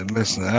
Listen